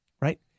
Right